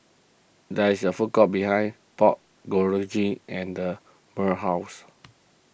there is a food court behind Pork Bulgogi and the Myrl's house